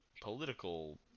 political